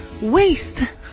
Waste